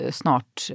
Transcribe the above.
snart